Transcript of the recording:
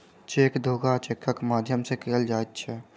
cheque धोखा चेकक माध्यम सॅ कयल जाइत छै